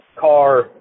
Car